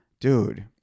Dude